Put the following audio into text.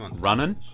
running